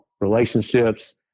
relationships